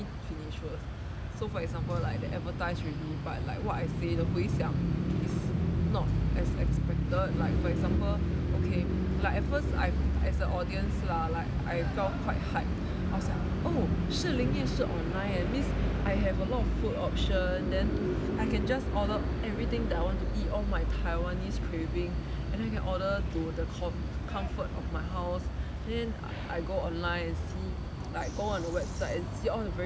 let me finish first so for example like they advertise already but like what I say the 回响 is not as expected like for example okay like at first I as the audience lah like I felt quite hyped I was like oh 士林夜市 online eh means I have a lot of food option then I can just order everything that I want to eat all my taiwanese craving and then I can order to the comfort of my house then I go online and see like go on the website and see all the very